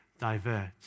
divert